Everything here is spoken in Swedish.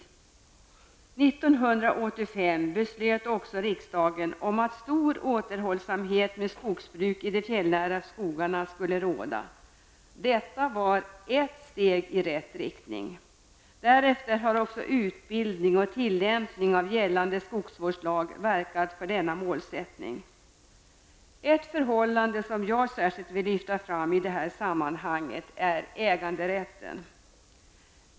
År 1985 beslöt också riksdagen om att stor återhållsamhet med skogsbruk i de fjällnära skogarna skulle råda. Detta var ett steg i rätt riktning. Därefter har också utbildning och tillämpning av gällande skogsvårdslag verkat för denna målsättning. En sak som jag gärna vill lyfta fram i detta sammanhang är äganderätten.